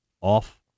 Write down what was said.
off